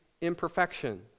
imperfection